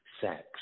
sex